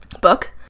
book